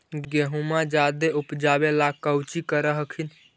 गेहुमा जायदे उपजाबे ला कौची कर हखिन?